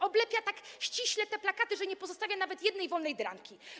Oblepia tak ściśle tymi plakatami, że nie pozostawia nawet jednej wolnej bramki.